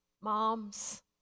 moms